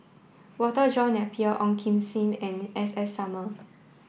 Walter John Napier Ong Kim Seng and S S Sarma